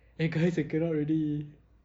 !hey! guys I cannot already